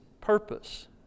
purpose